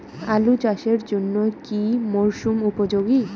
আলু চাষের জন্য কি মরসুম উপযোগী?